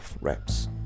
reps